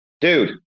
dude